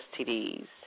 STDs